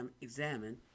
examine